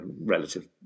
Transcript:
relative